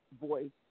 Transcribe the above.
voice